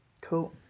Cool